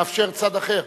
לאפשר לצד אחר,